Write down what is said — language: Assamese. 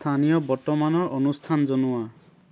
স্থানীয় বৰ্তমানৰ অনুস্থান জনোৱা